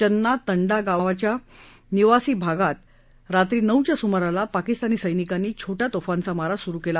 चन्ना तंडा गावाच्या निवासी भागात रात्री नऊच्या सुमाराला पाकिस्तानी सैनिकांनी छोट्या तोफांचा मारा सुरु केला